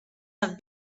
have